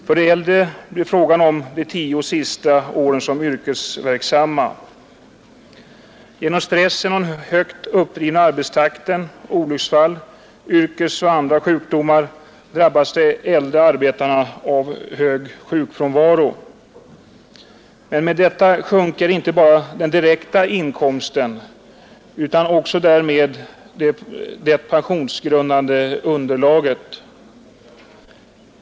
För de äldre blir det fråga om de tio sista åren som yrkesverksamma, Genom stressen och den högt uppdrivna arbetstakten, olycksfall, yrkesoch andra sjukdomar drabbas de äldre arbetarna av hög sjukfrånvaro. Men med detta sjunker inte bara den direkta inkomsten, utan därmed också det pensionsgrundande underlaget.